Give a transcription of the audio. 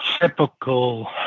typical